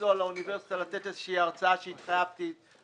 לנסוע לאוניברסיטה לתת איזושהי הרצאה שהתחייבתי לתת.